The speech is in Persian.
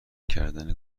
کردن